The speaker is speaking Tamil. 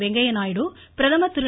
வெங்கைய நாயுடு பிரதமர் திரு